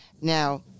now